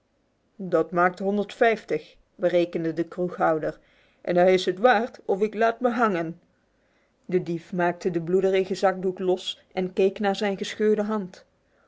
dat maakt honderd vijftig berekende de kroeghouder en hij is het waard of ik laat me hangen de dief maakte de bloedige zakdoek los en keek naar zijn geschurdan als